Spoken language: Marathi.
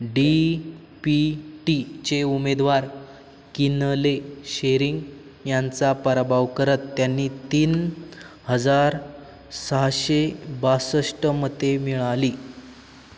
डी पी टीचे उमेदवार किनले शेरिंग यांचा पराभव करत त्यांनी तीन हजार सहाशे बासष्ट मते मिळाली